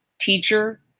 teacher